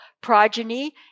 progeny